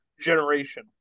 generation